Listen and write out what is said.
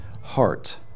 heart